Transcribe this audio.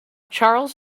charles